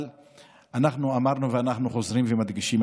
אבל אנחנו אמרנו ואנחנו חוזרים ומדגישים,